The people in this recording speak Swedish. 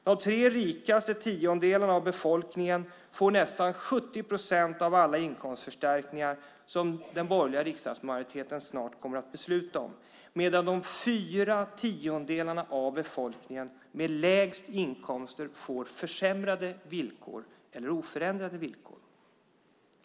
De tre rikaste tiondelarna av befolkningen får nästan 70 procent av alla de inkomstförstärkningar som den borgerliga riksdagsmajoriteten snart kommer att besluta om, medan de fyra tiondelar av befolkningen som har de lägsta inkomsterna får försämrade villkor eller oförändrade villkor.